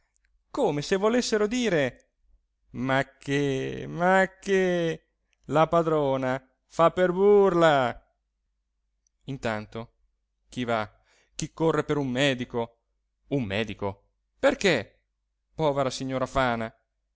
come se volessero dire ma che ma che la padrona fa per burla intanto chi va chi corre per un medico un medico perché povera signora fana